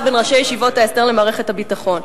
בין ראשי ישיבות ההסדר לבין מערכת הביטחון,